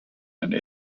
and